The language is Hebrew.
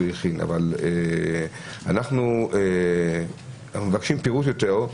אנו מבקשים פירוט יותר,